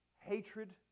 hatred